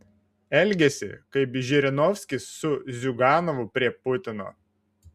elgiasi kaip žirinovskis su ziuganovu prie putino